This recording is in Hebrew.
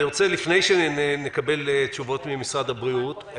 לפני שנקבל תשובות ממשרד הבריאות אני